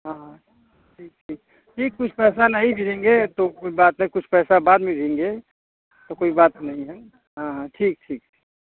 हाँ हाँ ठीक ठीक ठीक कुछ पैसा नहीं भी देंगे तो कोई बात नहीं कुछ पैसा बाद में देंगे तो कोई बात नहीं है हाँ हाँ ठीक ठीक ठी